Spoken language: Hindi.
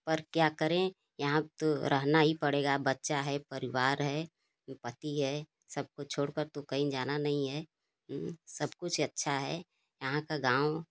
पर क्या करें यहाँ तो रहना ही पड़ेगा बच्चा है परिवार है पति है सबको छोड़कर तो कहीं जाना नहीं है सब कुछ अच्छा है यहाँ का गाँव